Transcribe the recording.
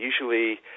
usually